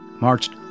Marched